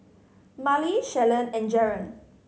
Marlie Shalon and Jaron